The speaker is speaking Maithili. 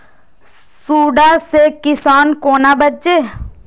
सुंडा से किसान कोना बचे?